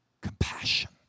compassion